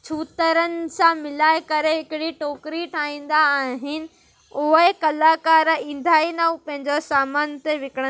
छूतरनि सां मिलाए करे हिकिड़ी टोकिरी ठाहींदा आहिनि उहे कलाकार ईंदा ई न हूं पंहिंजा सामान हुते विकिणनि